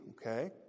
Okay